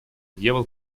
дьявол